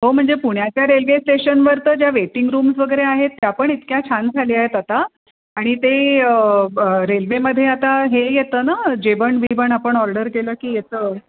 हो म्हणजे पुण्याच्या रेल्वे स्टेशनवर तर ज्या वेटिंग रूम्स वगैरे आहेत त्या पण इतक्या छान झाल्या आहेत आता आणि ते रेल्वेमध्ये आता हे येतं ना जेवण बिवण आपण ऑर्डर केलं की येतं